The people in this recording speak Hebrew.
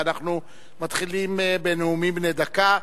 ואנחנו מתחילים בנאומים בני דקה.